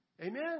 Amen